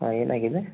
ಹಾಂ ಏನಾಗಿದೆ